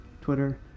Twitter